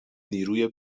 نیروی